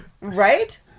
Right